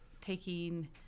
taking